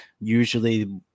usually